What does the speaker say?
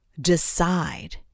decide